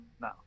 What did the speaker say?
no